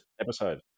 episode